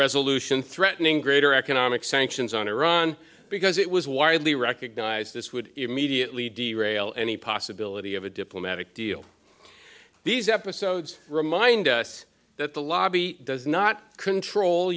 resolution threatening greater economic sanctions on iran because it was widely recognized this would immediately de rail any possibility of a diplomatic deal these episodes remind us that the lobby does not control